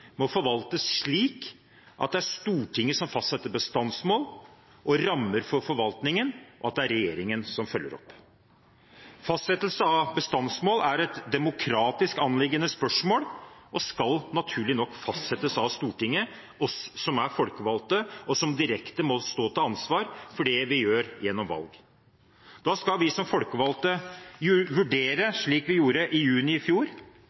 må forvaltes slik at det er Stortinget som fastsetter bestandsmål og rammer for forvaltningen, og at det er regjeringen som følger opp. Fastsettelse av bestandsmål er et demokratisk spørsmål og skal naturlig nok gjøres av oss i Stortinget, som er folkevalgte, og som direkte må stå til ansvar for det vi gjør, gjennom valg. Da skal vi som folkevalgte vurdere, slik vi gjorde i juni i fjor,